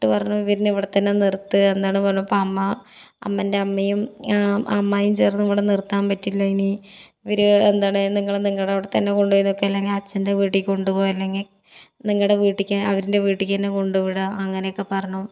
എന്നിട്ട് പറഞ്ഞു ഇവരിനെ ഇവിടെ തന്നെ നിർത്ത് എന്നാണ് പറഞ്ഞപ്പോൾ അമ്മ അമ്മൻ്റെ അമ്മയും അമ്മായിയും ചേർന്ന് ഇവിടെ നിർത്താൻ പാറ്റില്ലിനി ഇവർ എന്താണ് നിങ്ങൾ നിങ്ങളുടെ അവിടെ തന്നെ കൊണ്ട് പോയി നിൽക്ക് ഇല്ലെങ്കിൽ അച്ഛൻ്റെ വീട്ടിൽക്കൊണ്ടുപോകൂ അല്ലെങ്കിൽ നിങ്ങളുടെ വീട്ടിലേക്ക് അവർൻ്റെ വീട്ടിലേക്കു തന്നെ കൊണ്ടുവിടുക അങ്ങനെ ഒക്കെ പറഞ്ഞു